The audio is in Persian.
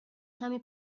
کمی